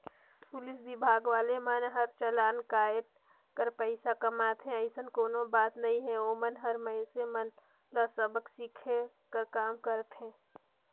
police विभाग वाले मन हर चलान कायट कर पइसा कमाथे अइसन कोनो बात नइ हे ओमन हर मइनसे मन ल सबक सीखये कर काम करथे